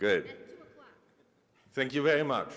good thank you very much